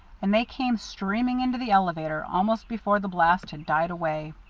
and they came streaming into the elevator almost before the blast had died away.